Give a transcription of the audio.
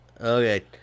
Okay